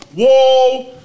whoa